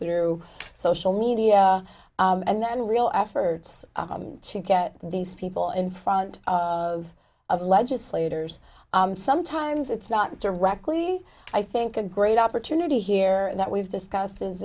through social media and then real efforts to get these people in front of of legislators sometimes it's not directly i think a great opportunity here that we've discussed